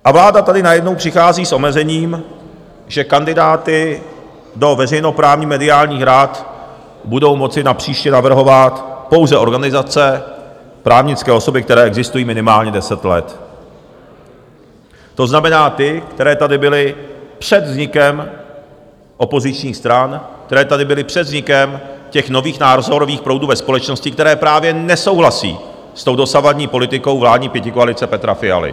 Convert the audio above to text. A vláda tady najednou přichází s omezením, že kandidáty do veřejnoprávních mediálních rad budou moci napříště navrhovat pouze organizace, právnické osoby, které existují minimálně deset let, to znamená ty, které tady byly před vznikem opozičních stran, které tady byly před vznikem nových názorových proudů ve společnosti, které právě nesouhlasí s tou dosavadní politikou vládní pětikoalice Petra Fialy.